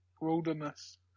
wilderness